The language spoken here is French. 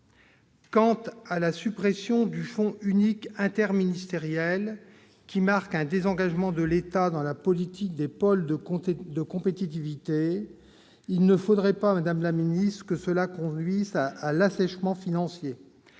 Quant à la suppression du fonds unique interministériel, qui marque un désengagement de l'État dans la politique des pôles de compétitivité, il ne faudrait pas, madame la ministre, qu'elle conduise à l'assèchement financier.